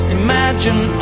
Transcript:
imagine